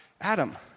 Adam